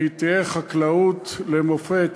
שתהיה חקלאות למופת